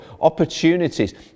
opportunities